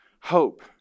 Hope